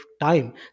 time